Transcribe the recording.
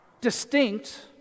distinct